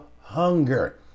hunger